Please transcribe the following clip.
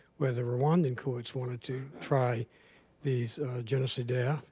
where the rwandan courts wanted to try these genocidaires,